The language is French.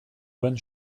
bonne